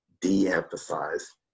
de-emphasize